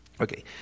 Okay